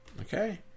okay